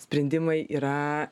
sprendimai yra